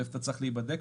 איפה אתה צריך להיבדק,